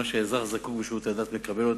מה שהאזרח זקוק לו בשירותי הדת, הוא מקבל.